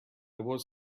was